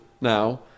now